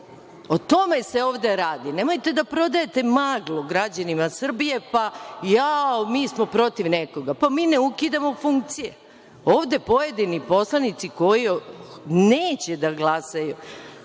O tome se ovde radi. Nemojte da prodajete maglu građanima Srbije, pa - jao, mi smo protiv nekoga. Pa, mi ne ukidamo funkcije. Ovde pojedini poslanici koji neće da glasaju